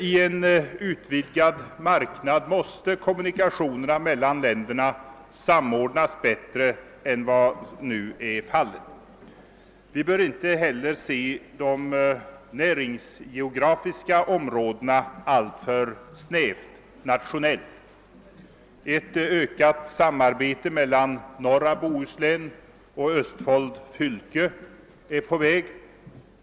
I en utvidgad marknad måste kommunikationerna mellan länderna samordnas bättre än vad som nu är fallet. Vi bör inte heller se de näringsgeografiska områdena alltför snävt nationellt. Ett ökat samarbete mellan norra Bohuslän och Östfolds fylke är på väg.